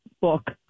book